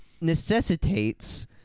necessitates